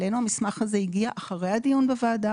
אלינו המסמך הזה הגיע אחרי הדיון בוועדה,